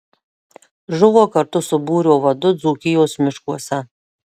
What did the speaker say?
žuvo kartu su būrio vadu dzūkijos miškuose